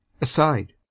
Aside